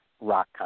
rock